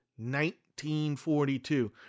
1942